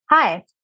Hi